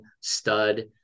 stud